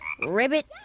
ribbit